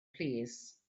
plîs